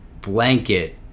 blanket